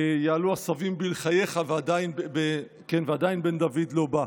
"יעלו עשבים בלחייך ועדיין בן דוד לא בא".